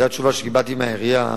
זאת התשובה שקיבלתי מהעירייה.